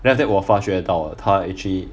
then after that 我发觉到他 actually